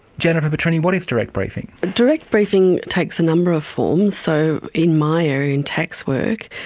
jennifer batrouney, what is direct briefing? direct briefing takes a number of forms, so in my area, in tax work,